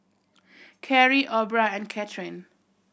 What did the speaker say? Carri Aubra and Katherin